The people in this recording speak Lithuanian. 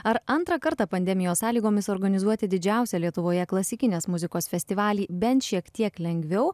ar antrą kartą pandemijos sąlygomis organizuoti didžiausią lietuvoje klasikinės muzikos festivalį bent šiek tiek lengviau